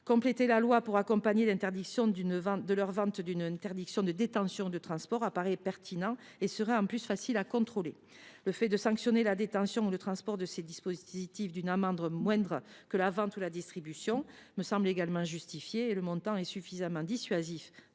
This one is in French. Compléter la loi pour accompagner l’interdiction de leur vente d’une prohibition de détention et de transport apparaît pertinent. Ce serait, en outre, facile à contrôler. Sanctionner la détention ou le transport de ces dispositifs d’une amende moindre que la vente ou la distribution me semble également justifié. Le montant est suffisamment dissuasif